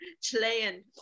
Chilean